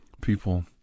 people